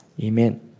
Amen